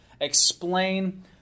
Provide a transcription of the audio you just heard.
explain